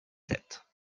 sept